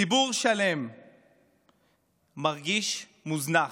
ציבור שלם מרגיש מוזנח.